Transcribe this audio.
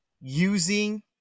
using